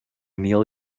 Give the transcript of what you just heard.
neil